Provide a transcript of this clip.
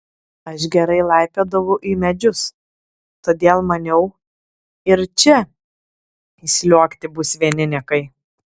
aš gerai laipiodavau į medžius todėl maniau ir čia įsliuogti bus vieni niekai